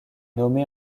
nommé